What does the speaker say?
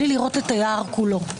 בלי לראות את היער כולו.